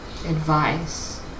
advice